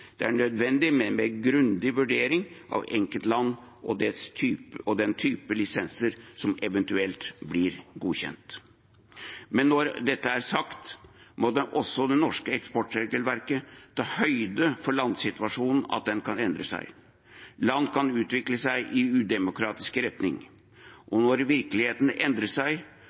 Det er nødvendig med en mer grundig vurdering av enkeltland og den type lisenser som eventuelt blir godkjent. Men når dette er sagt, må også det norske eksportregelverket ta høyde for at landsituasjonen kan endre seg. Land kan utvikle seg i udemokratisk retning. Og når virkeligheten endrer seg,